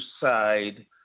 side